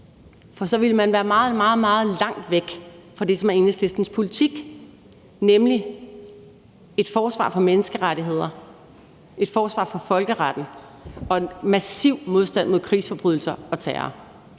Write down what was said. For så ville man være meget, meget langt væk fra det, som er Enhedslistens politik, nemlig et forsvar for menneskerettigheder, et forsvar for folkeretten og en massiv modstand mod krigsforbrydelser og terror.